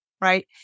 right